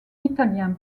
italiens